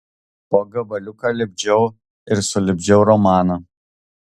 po gabaliuką lipdžiau ir sulipdžiau romaną